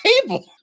table